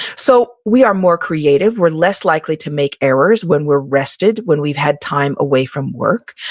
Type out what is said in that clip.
so we are more creative, we're less likely to make errors when we're rested, when we've had time away from work.